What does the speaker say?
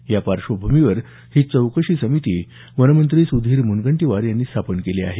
या पार्श्वभूमीवर ही चौकशी समिती वनमंत्री सुधीर मुनगंटीवार यांनी स्थापन केली आहे